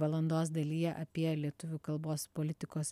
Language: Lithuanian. valandos dalyje apie lietuvių kalbos politikos